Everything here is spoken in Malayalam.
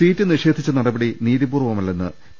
സീറ്റ് നിഷേധിച്ച നടപടി നീതിപൂർവമല്ലെന്ന് പി